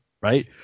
right